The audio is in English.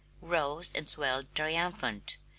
rose and swelled triumphant.